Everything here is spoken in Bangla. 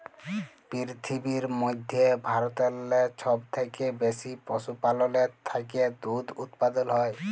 পিরথিবীর মইধ্যে ভারতেল্লে ছব থ্যাইকে বেশি পশুপাললের থ্যাইকে দুহুদ উৎপাদল হ্যয়